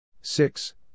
Six